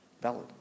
valid